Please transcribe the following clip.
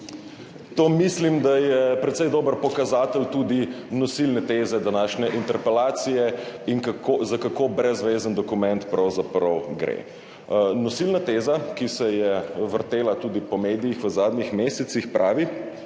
To mislim, da je precej dober pokazatelj tudi nosilne teze današnje interpelacije in za kako brezzvezen dokument pravzaprav gre. Nosilna teza, ki se je vrtela tudi po medijih v zadnjih mesecih, pravi,